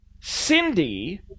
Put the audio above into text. Cindy